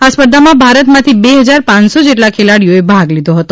આ સ્પર્ધામાં ભારતમાંથી બે હજાર પાંચસો જેટલા ખેલાડીઓએ ભાગ લીધો હતો